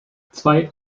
zwei